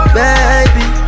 baby